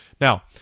Now